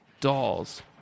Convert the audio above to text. dolls